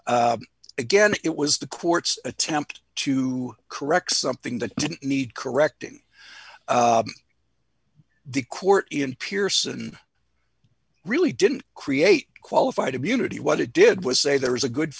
case again it was the court's attempt to correct something that didn't need correcting the court in pearson really didn't create qualified immunity what it did was say there was a good